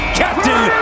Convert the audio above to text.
captain